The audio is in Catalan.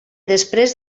després